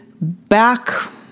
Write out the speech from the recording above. back